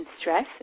stress